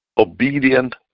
obedient